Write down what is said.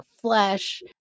flesh